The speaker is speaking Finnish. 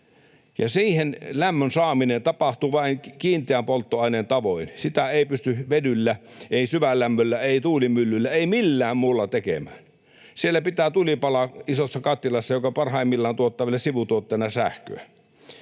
Siihen lämmön saaminen tapahtuu vain kiinteän polttoaineen tavoin. Sitä ei pysty vedyllä, ei syvälämmöllä, ei tuulimyllyllä, ei millään muulla tekemään. Siellä pitää tulen palaa isossa kattilassa, joka parhaimmillaan tuottaa vielä sivutuotteena sähköä.